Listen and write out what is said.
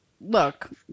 look